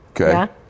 Okay